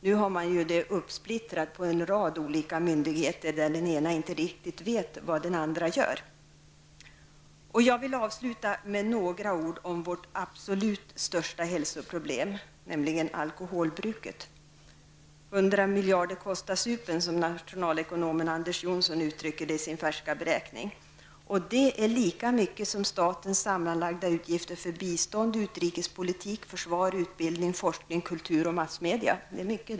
Nu har man det uppsplittrat på en rad myndigheter, där den ena inte riktigt vet vad den andra gör. Jag vill avsluta med några ord om vårt absolut största hälsoproblem, nämligen alkoholbruket. ''100 miljarder kostar supen'', som nationalekonomen Anders Johnsson uttrycker det i sin färska beräkning. Det är lika mycket som statens sammanlagda utgifter för bistånd, utrikespolitik, försvar, utbildning, forskning, kultur och massmedia.